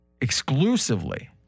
exclusively